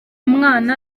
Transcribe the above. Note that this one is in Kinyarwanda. mwana